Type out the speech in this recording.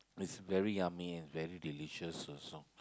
its very yummy and very delicious also